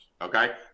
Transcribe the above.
okay